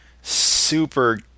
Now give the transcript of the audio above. super